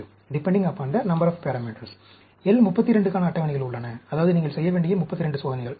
L 32 க்கான அட்டவணைகள் உள்ளன அதாவது நீங்கள் செய்ய வேண்டிய 32 சோதனைகள்